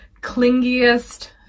clingiest